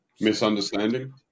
misunderstanding